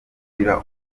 umuco